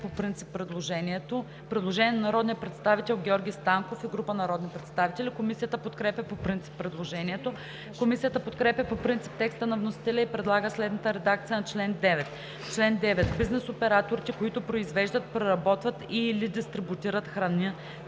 на храни“. По чл. 9 има предложение от народния представител Георги Станков и група народни представители. Комисията подкрепя по принцип предложението. Комисията подкрепя по принцип текста на вносителя и предлага следната редакция на чл. 9: „Чл. 9. Бизнес операторите, които произвеждат, преработват и/или дистрибутират храна,